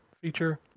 feature